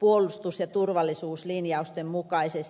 puolustus ja turvallisuuslinjausten mukaisesti